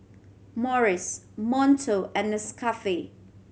Morries Monto and Nescafe